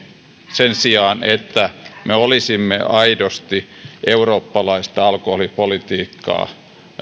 sen sijaan että me olisimme aidosti eurooppalaista alkoholipolitiikkaa